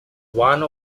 one